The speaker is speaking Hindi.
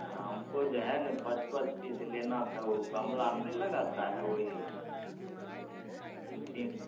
हाँ हमको जो है ना पाँच पाँच चीज़ लेना था ऊ गमला में नहीं लगाता है वही उस दिन